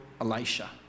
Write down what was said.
Elisha